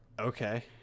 Okay